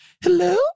Hello